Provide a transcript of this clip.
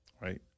right